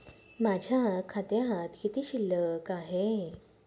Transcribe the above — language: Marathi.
माझ्या खात्यात किती शिल्लक आहे?